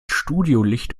studiolicht